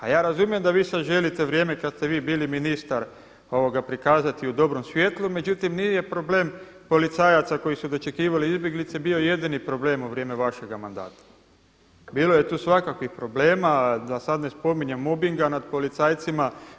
A ja razumijem da vi sad želite vrijeme kad ste vi bili ministar prikazati u dobrom svjetlu, međutim nije problem policajaca koji su dočekivali izbjeglice bio jedini problem u vrijeme vašega mandata, bilo je tu svakakvih problema, da sad ne spominjem mobing nad policajcima.